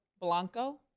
Blanco